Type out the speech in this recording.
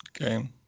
Okay